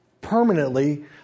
permanently